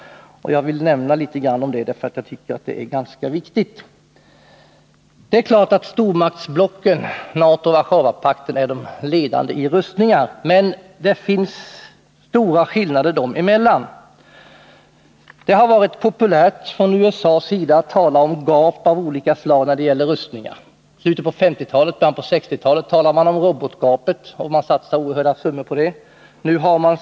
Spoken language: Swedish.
Jag vill nämna några ord om detta, för jag tycker det är viktigt. Det är klart att stormaktsblocken, NATO och Warszawapakten, är de ledande när det gäller rustningar, men det finns stora skillnader dem emellan. Det har varit populärt från USA:s sida att tala om gap av olika slag när det gäller rustningar. I slutet av 1950-talet och början av 1960-talet talade man om robotgapet och satsade oerhörda summor för att utjämna det.